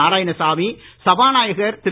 நாராயணசாமி சபாநாயகர் திரு